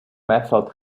method